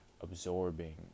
absorbing